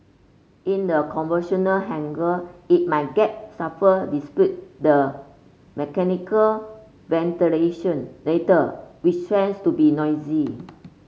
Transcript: in the conventional hangar it may get stuffy despite the mechanical ventilation later which trends to be noisy